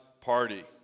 party